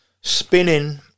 Spinning